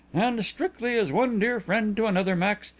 and, strictly as one dear friend to another, max,